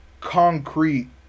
concrete